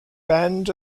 band